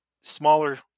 smaller